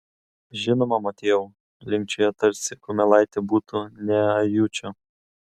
žinoma motiejau linkčioja tarsi kumelaitė būtų ne ajučio